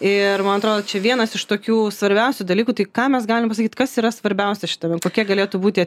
ir man atrodo čia vienas iš tokių svarbiausių dalykų tai ką mes galim pasakyt kas yra svarbiausia šitame kokia galėtų būti